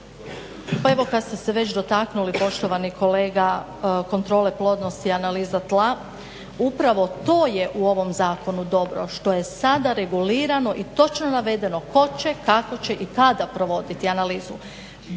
Pa evo kad ste se već dotaknuli poštovani kolega kontrole plodnosti i analiza tla upravo to je u ovom zakonu dobro što je sada regulirano i točno navedeno tko će, kako će i kada provoditi analizu.